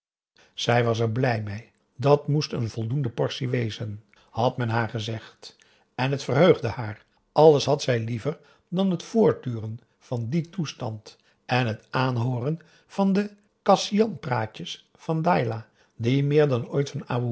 zij was er blij mee dat moest een voldoende portie wezen had men haar gezegd en het verheugde haar alles had zij liever dan het voortduren van dien toestand en het aanhooren van de kasianpraatjes van dailah die meer dan ooit